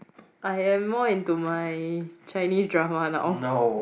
I am more into my Chinese drama now